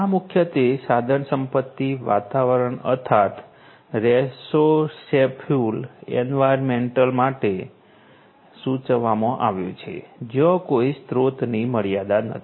આ મુખ્યત્વે સાધનસંપત્તિ વાતાવરણ અર્થાત રેસોર્સેફુલ એન્વિરોન્મેન્ટ માટે સૂચવવામાં આવ્યું છે જ્યાં કોઈ સ્રોતની મર્યાદા નથી